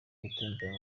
gutembera